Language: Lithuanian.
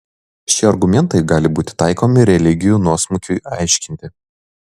šie argumentai gali būti taikomi religijų nuosmukiui aiškinti